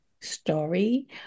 story